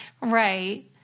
Right